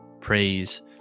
praise